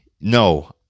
no